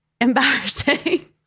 embarrassing